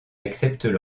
acceptent